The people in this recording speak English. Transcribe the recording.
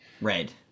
Red